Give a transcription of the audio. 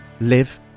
live